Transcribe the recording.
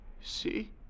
See